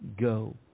go